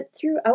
throughout